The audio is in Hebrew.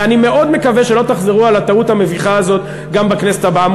ואני מאוד מקווה שלא תחזרו על הטעות המביכה הזאת גם בכנסת הבאה.